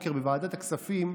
הבוקר בוועדת הכספים,